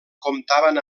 comptaven